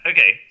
Okay